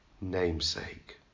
namesake